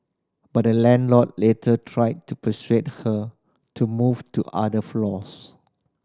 but the landlord later tried to persuade her to move to other floors